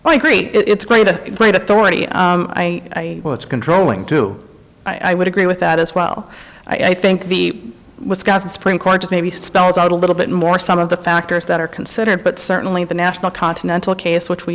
well i agree it's going to great authority i know it's controlling too i would agree with that as well i think the wisconsin supreme court just maybe spells out a little bit more some of the factors that are considered but certainly the national continental case which we